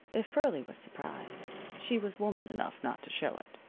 if pearlie was surprised, she was woman enough not to show it.